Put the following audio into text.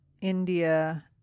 India